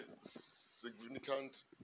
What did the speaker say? significant